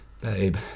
Babe